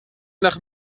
nach